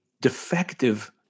defective